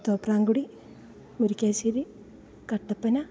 Thopramkudy Murickassery Kattappana